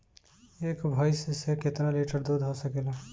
एक भइस से कितना लिटर दूध हो सकेला?